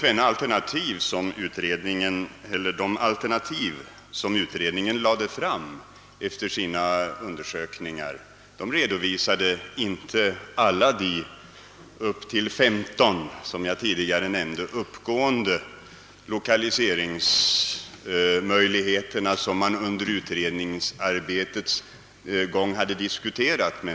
Herr talman! De alternativ som utredningen lade fram efter sina undersökningar redovisade inte alla de cirka 15 lokaliseringsmöjligheter som man under utredningsarbetets gång hade dis kuterat.